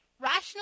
rational